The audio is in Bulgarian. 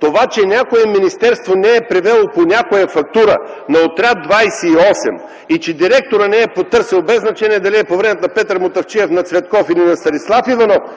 Това, че някое министерство не е превело по някоя фактура на Отряд 28 и че директорът не е потърсил, без значение дали е по времето на Петър Мутафчиев, на Цветков или на Станислав Иванов,